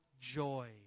joy